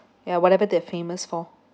ya whatever they're famous for